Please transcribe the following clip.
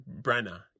Brenna